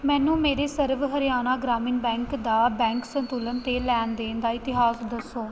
ਮੈਨੂੰ ਮੇਰੇ ਸਰਵ ਹਰਿਆਣਾ ਗ੍ਰਾਮੀਣ ਬੈਂਕ ਦਾ ਬੈਂਕ ਸੰਤੁਲਨ ਅਤੇ ਲੈਣ ਦੇਣ ਦਾ ਇਤਿਹਾਸ ਦੱਸੋ